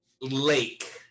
lake